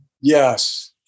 Yes